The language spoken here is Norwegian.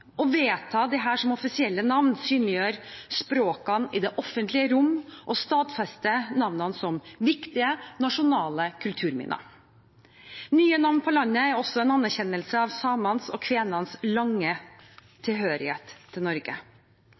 Å vedta disse som offisielle navn synliggjør språkene i det offentlige rom og stadfester navnene som viktige, nasjonale kulturminner. Nye navn på landet er også en anerkjennelse av samenes og kvenenes lange tilhørighet til Norge.